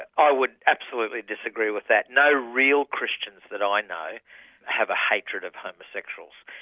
i would absolutely disagree with that. no real christians that i know have a hatred of homosexuals.